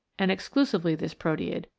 and exclusively this proteid,